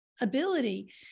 ability